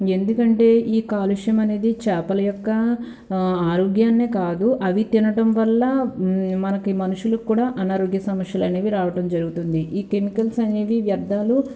ఎందుకంటే ఈ కాలుష్యం అనేది చేపల యొక్క ఆరోగ్యాన్నే కాదు అవి తినడం వల్ల మనకి మనుషులకి కూడా అనారోగ్య సమస్యలు అనేవి రావటం జరుగుతుంది ఈ కెమికల్స్ అనేవి వ్యర్ధాలు